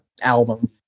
album